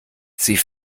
sie